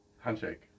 Handshake